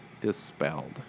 dispelled